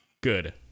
Good